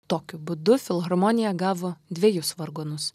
tokiu būdu filharmonija gavo dvejus vargonus